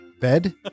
Bed